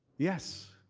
yes,